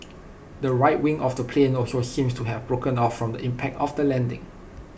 the right wing of the plane also seemed to have broken off from the impact of the landing